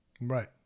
right